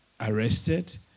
arrested